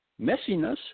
messiness